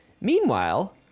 Meanwhile